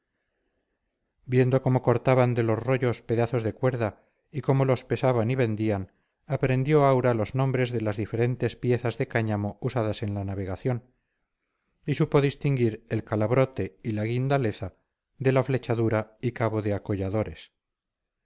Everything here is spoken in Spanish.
viendo cómo cortaban de los rollos pedazos de cuerda y cómo los pesaban y vendían aprendió aura los nombres de las diferentes piezas de cáñamo usadas en la navegación y supo distinguir el calabrote y la guindaleza de la flechadura y cabo de acolladores